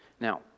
Now